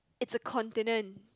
it's a continent